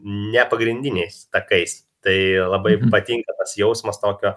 ne pagrindiniais takais tai labai patinka tas jausmas tokio